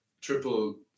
triple